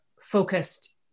focused